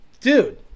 dude